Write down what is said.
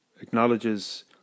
acknowledges